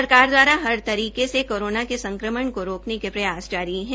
सरकार दवारा हर तरीके से कोरोना के संक्रमण को रोकने के प्रयास जारी हैं